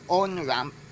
on-ramp